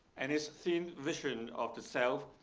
and esteemed vision of the self,